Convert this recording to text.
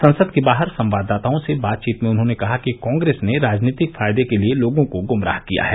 संसद के बाहर संवाददाताओं से बातचीत में उन्होंने कहा कि कांग्रेस ने राजनीतिक फायदे के लिए लोगों को गुमराह किया है